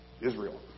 Israel